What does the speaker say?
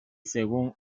según